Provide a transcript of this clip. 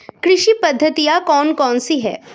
कृषि पद्धतियाँ कौन कौन सी हैं?